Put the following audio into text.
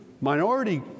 minority